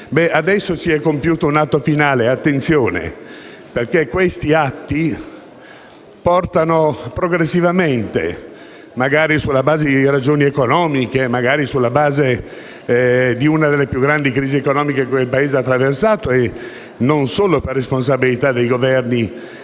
Adesso si è compiuto un atto finale. Attenzione, perché questi atti portano progressivamente, magari sulla base di ragioni economiche e di una delle più grandi crisi economiche che il Paese ha attraversato (non solo per responsabilità dei Governi che